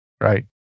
Right